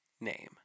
name